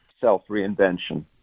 self-reinvention